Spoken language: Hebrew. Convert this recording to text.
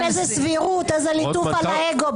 --- איזה סבירות, איזה ליטוף של האגו.